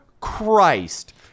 Christ